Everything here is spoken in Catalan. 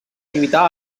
lluitar